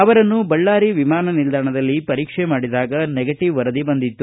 ಅವರನ್ನು ಬಳ್ಳಾರಿ ವಿಮಾನ ನಿಲ್ದಾಣದಲ್ಲಿ ಪರೀಕ್ಷೆ ಮಾಡಿದಾಗ ನೆಗೆಟವ್ ವರದಿ ಬಂದಿತ್ತು